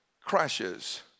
crashes